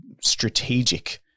strategic